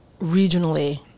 regionally